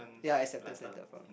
yea acceptance letter for